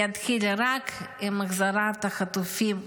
יתחיל רק עם החזרת החטופים,